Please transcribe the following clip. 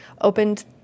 opened